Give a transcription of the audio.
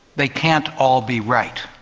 they can't all be right.